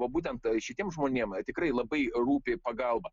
va būtent šitiem žmonėm tikrai labai rūpi pagalba